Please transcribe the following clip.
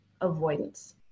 avoidance